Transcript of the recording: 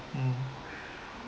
mm